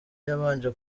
yabanje